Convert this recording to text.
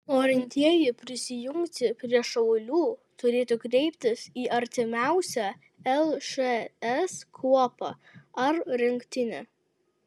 norintieji prisijungti prie šaulių turėtų kreiptis į artimiausią lšs kuopą ar rinktinę